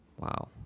Wow